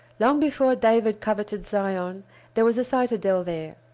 long before david coveted zion there was a citadel there.